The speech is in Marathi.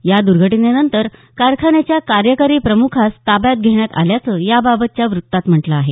या दर्घटनेनंतर कारखान्याच्या कार्यकारी प्रमुखास ताब्यात घेण्यात आल्याचं याबाबतच्या वृत्तात म्हटलं आहे